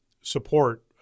support